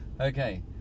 Okay